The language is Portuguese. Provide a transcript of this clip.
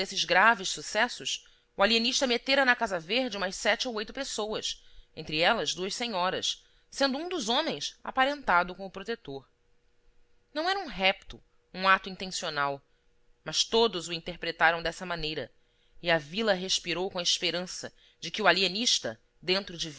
desses graves sucessos o alienista metera na casa verde umas sete ou oito pessoas entre elas duas senhoras e sendo um dos homens aparentado com o protetor não era um repto um ato intencional mas todos o interpretaram dessa maneira e a vila respirou com a esperança de que o alienista dentro de